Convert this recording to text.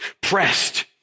pressed